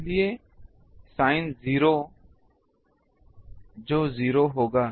इसलिए साइन 0 जो 0 होगा